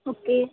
okay